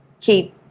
keep